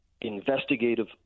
investigative